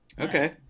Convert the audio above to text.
Okay